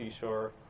seashore